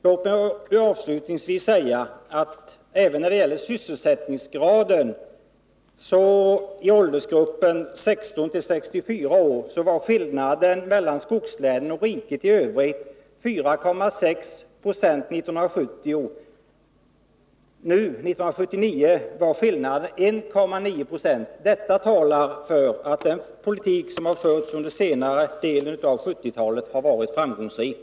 Avslutningsvis vill jag nämna att skillnaden mellan skogslänen och riket i Övrigt när det gäller sysselsättningsgraden i åldersgruppen 16-64 år var 4,6 96 1970, medan skillnaden 1979 var 1,9 90. Detta talar för att den politik som har förts under senare delen av 1970-talet har varit framgångsrik.